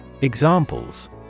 Examples